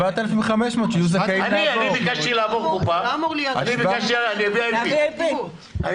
אני ביקשתי לעבור קופה אני VIP. אני